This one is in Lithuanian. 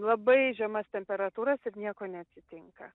labai žemas temperatūras ir nieko neatsitinka